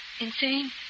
insane